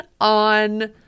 on